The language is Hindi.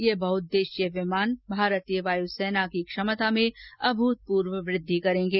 ये बहउद्देशीय विमान भारतीय वायुसेना की क्षमता में अभृतपर्व वृद्धि करेंगे